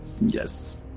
yes